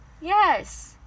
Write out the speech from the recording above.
Yes